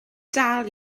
dal